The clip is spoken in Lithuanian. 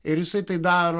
ir jisai tai daro